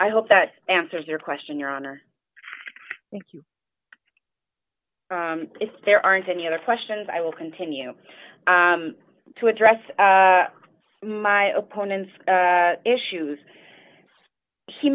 i hope that answers your question your honor thank you if there aren't any other questions i will continue to address my opponent's issues he